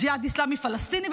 הג'יהאד האסלאמי הפלסטיני,